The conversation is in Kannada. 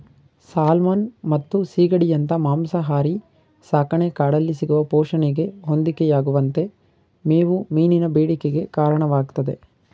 ಸಾಲ್ಮನ್ ಮತ್ತು ಸೀಗಡಿಯಂತ ಮಾಂಸಾಹಾರಿ ಸಾಕಣೆ ಕಾಡಲ್ಲಿ ಸಿಗುವ ಪೋಷಣೆಗೆ ಹೊಂದಿಕೆಯಾಗುವಂತೆ ಮೇವು ಮೀನಿನ ಬೇಡಿಕೆಗೆ ಕಾರಣವಾಗ್ತದೆ